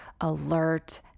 alert